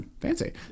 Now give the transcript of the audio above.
fancy